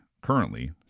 currently